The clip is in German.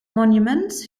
monuments